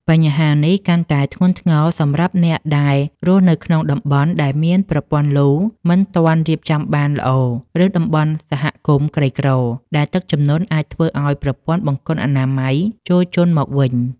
បញ្ហានេះកាន់តែធ្ងន់ធ្ងរសម្រាប់អ្នកដែលរស់នៅក្នុងតំបន់ដែលមានប្រព័ន្ធលូមិនទាន់រៀបចំបានល្អ ឬតំបន់សហគមន៍ក្រីក្រ ដែលទឹកជំនន់អាចធ្វើឱ្យប្រព័ន្ធបង្គន់អនាម័យជោរជន់មកវិញ។